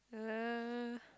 hello